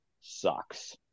sucks